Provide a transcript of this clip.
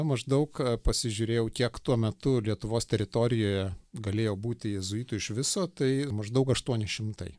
maždaug pasižiūrėjau kiek tuo metu lietuvos teritorijoje galėjo būti jėzuitų iš viso tai maždaug aštuoni šimtai